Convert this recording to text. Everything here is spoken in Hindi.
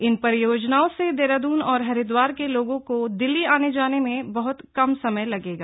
इन परियोजनाओं से देहरादून और हरिद्वार के लोगों को दिल्ली आने जाने में बहत समय कम समय लगेगा